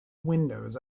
windows